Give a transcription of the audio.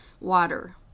water